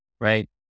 right